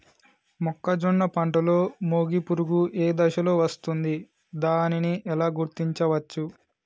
మొక్కజొన్న పంటలో మొగి పురుగు ఏ దశలో వస్తుంది? దానిని ఎలా గుర్తించవచ్చు?